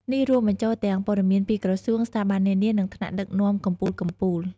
នេះរួមបញ្ចូលទាំងព័ត៌មានពីក្រសួង ស្ថាប័ននានា និងថ្នាក់ដឹកនាំកំពូលៗ។